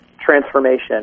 transformation